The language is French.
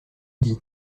dis